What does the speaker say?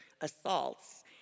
assaults